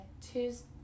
Tuesday